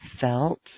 felt